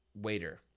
waiter